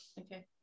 Okay